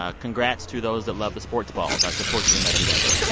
ah congrats to those that love the sports balls. i support you in that endeavor yeah